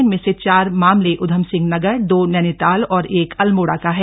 इनमें से चार मामले उधमसिंह नगर दो नैनीताल और एक अल्मोड़ा का है